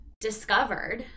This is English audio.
discovered